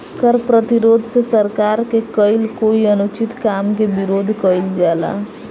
कर प्रतिरोध से सरकार के कईल कोई अनुचित काम के विरोध कईल जाला